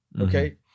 okay